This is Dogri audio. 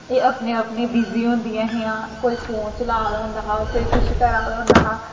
एह् अपने अपने बिजी होंदियां हियां कोई फोन चलै दा होंदा हा कोई किस करै दा होंदा हा